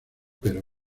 pero